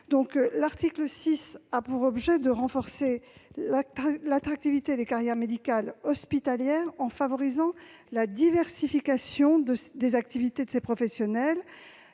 l'article 6 a pour objet de renforcer l'attractivité des carrières médicales hospitalières, en favorisant la diversification des activités de ces professionnels,